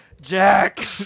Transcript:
Jack